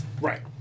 Right